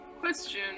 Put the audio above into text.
Question